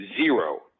zero